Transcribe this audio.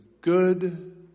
good